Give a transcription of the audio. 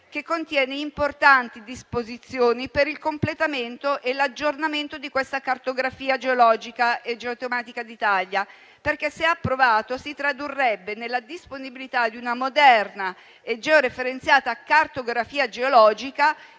che contiene importanti disposizioni per il completamento e l'aggiornamento di questa cartografia geologica e geotematica d'Italia. Se approvato, si tradurrebbe nella disponibilità di una moderna e georeferenziata cartografia geologica,